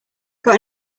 got